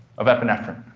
of epinephrine.